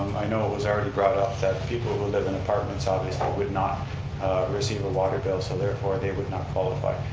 i know it was already brought up that people who live in apartments obviously would not receive a water bill so therefore they would not qualify.